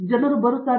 ಪ್ರತಾಪ್ ಹರಿಡೋಸ್ ಸರಿ